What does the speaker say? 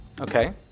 okay